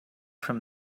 from